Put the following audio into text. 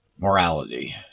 Morality